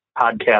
podcast